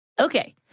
Okay